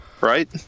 right